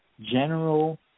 general